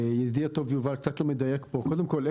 צריכים לדייק פה: קודם כול,